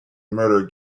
murder